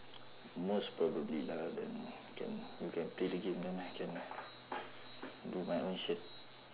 most probably lah then can you can play the game then I can do my own shit